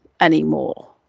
anymore